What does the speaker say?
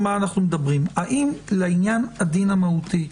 האם לעניין הדין המהותי,